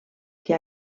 que